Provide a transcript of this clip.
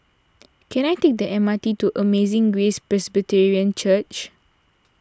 can I take the M R T to Amazing Grace Presbyterian Church